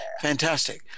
Fantastic